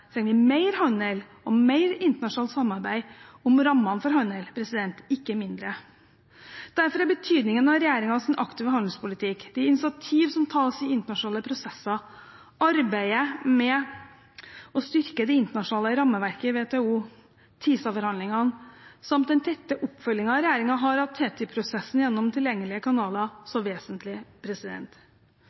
trenger vi mer handel og mer internasjonalt samarbeid om rammene for handel, ikke mindre. Derfor er betydningen av regjeringens aktive handelspolitikk, de initiativ som tas i internasjonale prosesser, arbeidet med å styrke det internasjonale rammeverket i WTO, TISA-forhandlingene samt den tette oppfølgingen regjeringen har av TTIP-prosessen gjennom tilgjengelige kanaler, så vesentlig.